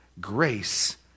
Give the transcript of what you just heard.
Grace